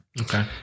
Okay